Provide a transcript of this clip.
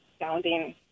sounding